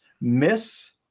miss